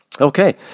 Okay